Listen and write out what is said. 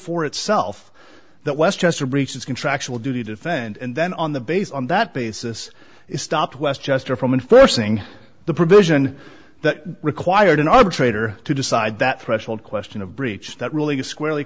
for itself that westchester breach is contractual duty to defend and then on the base on that basis it stopped westchester from in st saying the provision that required an arbitrator to decide that threshold question of breach that really is squarely